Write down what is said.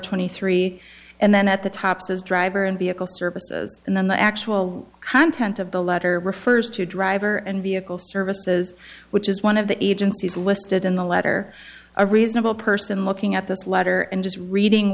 twenty three and then at the top as driver and vehicle services and then the actual content of the letter refers to driver and vehicle services which is one of the agencies listed in the letter a reasonable person looking at this letter and just reading